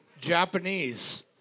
Japanese